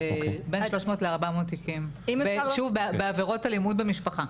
בין 300 ל-400 תיקים בעבירות אלימות במשפחה.